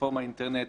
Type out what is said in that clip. הגופים המצטרפים.